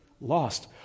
lost